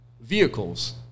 vehicles